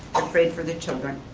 afraid for their children,